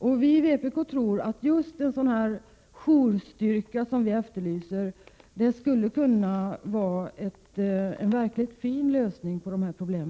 Vi i vpk tror att just en sådan jourstyrka som vi efterlyser skulle kunna innebära en verkligt fin lösning på dessa problem.